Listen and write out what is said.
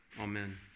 Amen